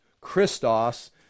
christos